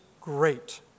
great